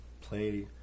play